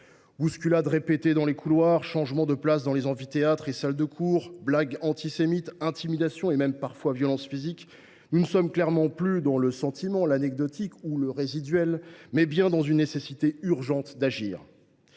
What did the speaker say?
Bousculades répétées dans les couloirs, changements de place dans les amphithéâtres et salles de cours, blagues antisémites, intimidations et même parfois violences physiques : nous ne sommes clairement plus dans le sentiment, l’anecdotique ou le résiduel, mais bien dans une nécessité urgente d’agir.